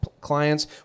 clients